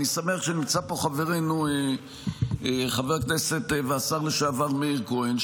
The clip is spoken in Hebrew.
אני שמח שנמצא פה חברנו חבר הכנסת והשר לשעבר מאיר כהן,